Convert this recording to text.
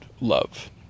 love